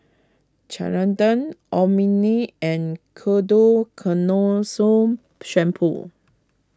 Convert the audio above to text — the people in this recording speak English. Ceradan Obimin and Ketoconazole Shampoo